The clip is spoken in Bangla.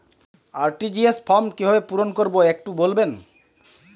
আর.টি.জি.এস ফর্ম কিভাবে পূরণ করবো একটু বলবেন?